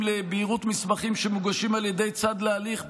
לבהירות מסמכים שמוגשים על ידי צד להליך,